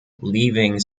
leaving